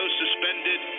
suspended